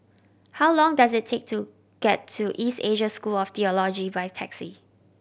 how long does it take to get to East Asia School of Theology by taxi